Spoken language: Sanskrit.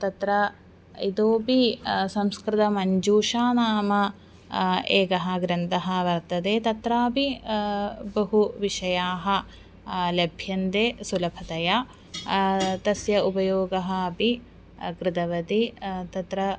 तत्र इतोऽपि संस्कृतमञ्जूषा नाम एकः ग्रन्थः वर्तते तत्रापि बहु विषयाः लभ्यन्ते सुलभतया तस्य उपयोगः अपि कृतवती तत्र